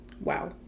Wow